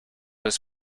his